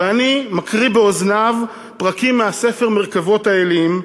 ואני מקריא באוזניו פרקים מהספר "מרכבות האלים",